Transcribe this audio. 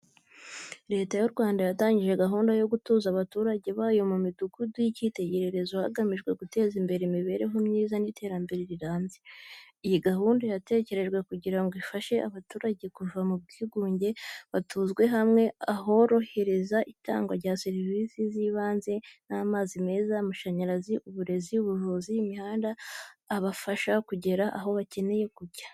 Leta y’u Rwanda yatangije gahunda yo gutuza abaturage bayo mu midugudu y’icyitegererezo hagamijwe guteza imbere imibereho myiza n’iterambere rirambye. Iyi gahunda yatekerejwe kugira ngo ifashe abaturage kuva mu bwigunge, batuzwe hamwe ahorohereza itangwa rya serivisi z’ibanze nk’amazi meza, amashanyarazi, uburezi, ubuvuzi, n’imihanda ibafasha kugera aho bakeneye kujya.